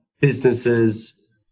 businesses